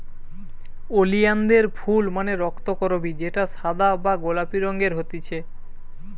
ওলিয়ানদের ফুল মানে রক্তকরবী যেটা সাদা বা গোলাপি রঙের হতিছে